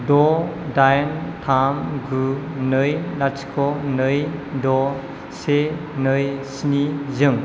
द दाइन थाम गु नै लाथिख' नै द से नै स्निजों